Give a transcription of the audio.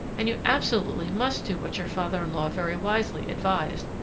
and you absolutely must do what your father-in-law very wisely advised,